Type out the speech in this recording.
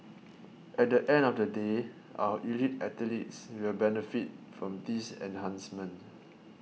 at the end of the day our elite athletes will benefit from this enhancement